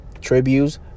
Tributes